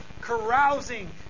carousing